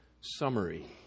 summary